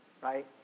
right